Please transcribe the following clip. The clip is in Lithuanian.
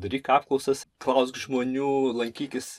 daryk apklausas klausk žmonių lankykis